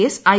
S I